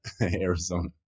Arizona